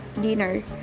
dinner